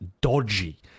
dodgy